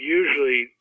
usually